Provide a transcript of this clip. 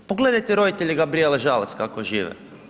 Pogledajte roditelje Gabrijele Žalac kako žive.